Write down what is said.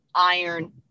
iron